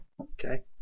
Okay